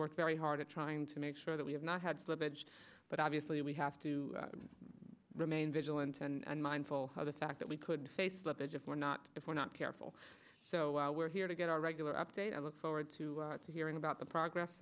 worked very hard at trying to make sure that we have not had slippage but obviously we have to remain vigilant and mindful of the fact that we could face slippage if we're not if we're not careful so we're here to get our regular update i look forward to hearing about the progress